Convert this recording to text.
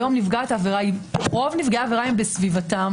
היום רוב נפגעי העבירה הם בסביבתם.